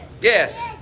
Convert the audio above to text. Yes